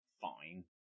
fine